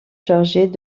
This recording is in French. chargées